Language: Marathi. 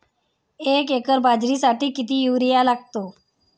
एक एकर बाजरीसाठी किती युरिया लागतो?